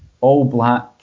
all-black